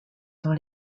dans